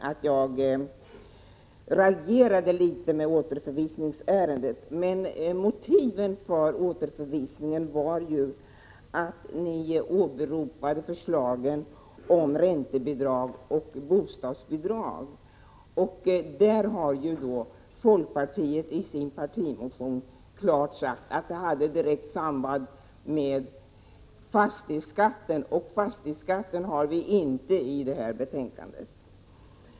Herr talman! Först och främst sade Agne Hansson att jag raljerade litet när det gäller återförvisningsärendet. Men ett motiv för återförvisningen var ju att ni åberopade förslagen om räntebidrag och bostadsbidrag. På den punkten har ju folkpartiet i sin partimotion klart sagt att det fanns ett direkt samband med fastighetsskatten — men den tas inte upp i detta betänkande.